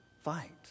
fight